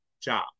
job